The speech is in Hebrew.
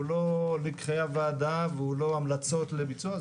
הוא לא לקחי הוועדה והוא לא המלצות לביצוע.